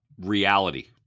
reality